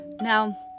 Now